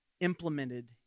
implemented